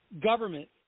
government